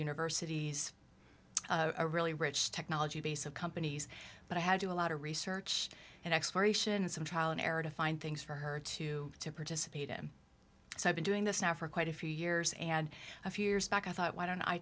universities a really rich technology base of companies but i had to a lot of research and exploration and some trial and error to find things for her to to participate him so i've been doing this now for quite a few years and a few years back i thought why don't i